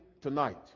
tonight